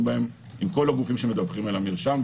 בהם עם כל הגופים שמדווחים על המרשם,